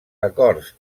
acords